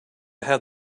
have